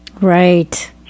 Right